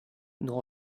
nous